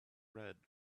red